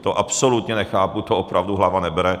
To absolutně nechápu, to opravdu hlava nebere.